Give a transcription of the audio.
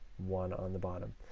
one on the bottom.